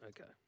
Okay